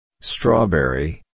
strawberry